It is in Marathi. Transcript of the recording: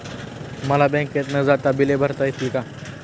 मला बँकेत न जाता बिले भरता येतील का?